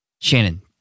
Shannon